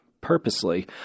purposely